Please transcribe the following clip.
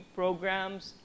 programs